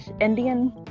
Indian